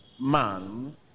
man